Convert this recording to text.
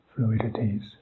fluidities